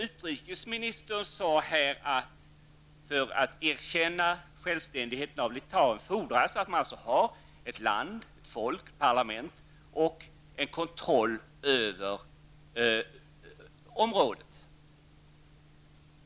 Utrikesministern sade här att det, för att erkänna Litauens självständighet, fordras att Litauen har ett land, ett folk, ett parlament och kontroll över området.